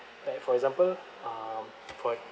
like for example um for